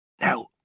Now